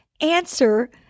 Answer